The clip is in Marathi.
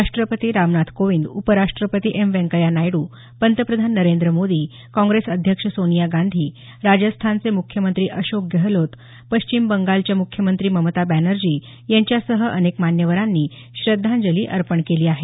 राष्ट्रपती रामनाथ कोविंद उपराष्ट्रपती एम व्यंकय्या नायडू पंतप्रधान नरेंद्र मोदी काँग्रेस अध्यक्ष सोनिया गांधी राजस्थानचे मुख्यमंत्री अशोक गहलोत पश्चिम बंगालच्या मुख्यमंत्री ममता बॅनर्जी यांच्यासह अनेक मान्यवरांनी श्रद्धांजली अर्पण केली आहे